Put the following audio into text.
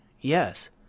yes